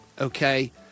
okay